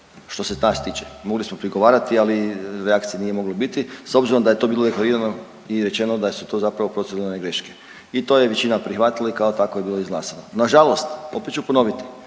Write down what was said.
što se nas tiče. Mogli smo prigovarati, ali reakcije nije moglo biti s obzirom da je to bilo ignorirano i rečeno da su to zapravo proceduralne greške i to je većina prihvatila i kao tako je bilo izglasano. Nažalost opet ću ponoviti,